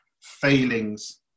failings